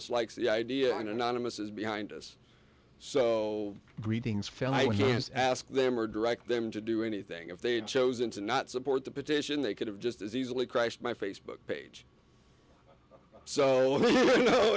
miss likes the idea and anonymous is behind us so greetings fellow he's ask them or direct them to do anything if they had chosen to not support the petition they could have just as easily crashed my facebook page